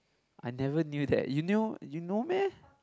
I never knew that you knew you know meh